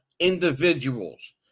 Individuals